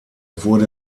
wurde